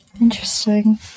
interesting